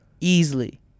Easily